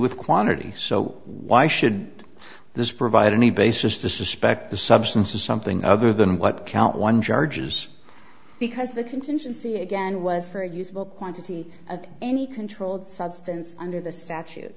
with quantity so why should this provide any basis to suspect the substance is something other than what count one charges because the contingency again was for a usable quantity of any controlled substance under the statute